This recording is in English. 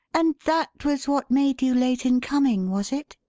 and that was what made you late in coming, was it?